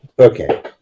Okay